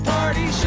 Party